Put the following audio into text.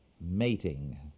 mating